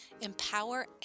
empower